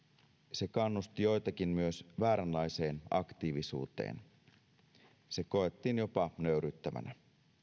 se kannusti joitakin myös vääränlaiseen aktiivisuuteen se koettiin jopa nöyryyttävänä